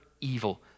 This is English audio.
evil